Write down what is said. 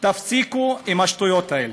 תפסיקו עם השטויות האלה.